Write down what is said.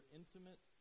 intimate